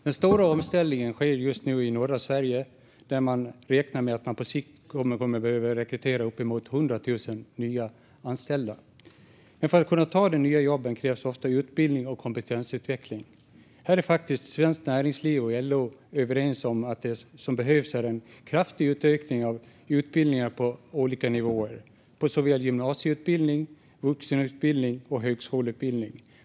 Den stora omställningen sker just nu i norra Sverige, där man räknar med att man på sikt kommer att behöva rekrytera och nyanställa uppemot 100 000 personer. Men för att dessa ska kunna ta de nya jobben krävs ofta utbildning och kompetensutveckling, och Svenskt Näringsliv och LO är överens om att det behövs en kraftig utökning av utbildningar på olika nivåer, såväl gymnasieutbildning som högskoleutbildning och vuxenutbildning.